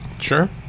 sure